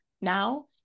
now